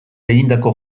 egindako